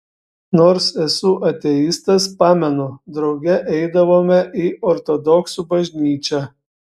nors esu ateistas pamenu drauge eidavome į ortodoksų bažnyčią